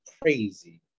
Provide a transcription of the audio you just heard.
crazy